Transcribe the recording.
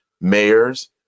mayors